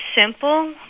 simple